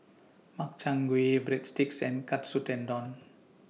Makchang Gui Breadsticks and Katsu Tendon